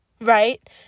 right